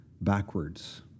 backwards